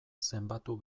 zenbatu